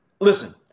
listen